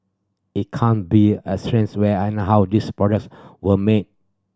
it can't be ascertained where and how these products were made